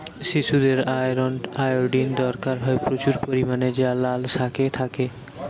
শিশুদের iron, iodine দরকার হয় প্রচুর পরিমাণে যা লাল শাকে থাকে